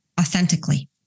authentically